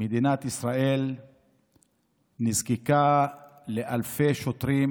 מדינת ישראל נזקקה לאלפי שוטרים